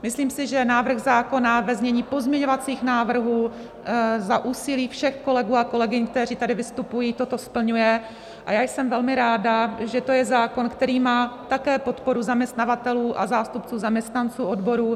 Myslím si, že návrh zákona ve znění pozměňovacích návrhů za úsilí všech kolegů a kolegyň, kteří tady vystupují, toto splňuje, a já jsem velmi ráda, že to je zákon, který má také podporu zaměstnavatelů a zástupců zaměstnanců odborů.